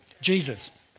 Jesus